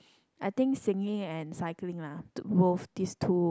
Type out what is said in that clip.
I think singing and cycling lah two both these two